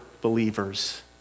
believers